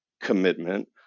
commitment